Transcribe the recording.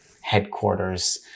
headquarters